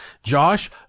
Josh